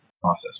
process